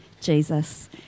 Jesus